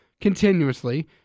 Continuously